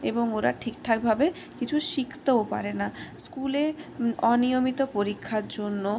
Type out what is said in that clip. এবং ওরা ঠিকঠাকভাবে কিছু শিখতেও পারে না স্কুলে অনিয়মিত পরীক্ষার জন্য